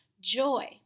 joy